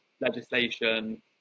legislation